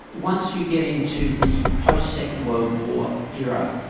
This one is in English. once you get into the post-second world war era,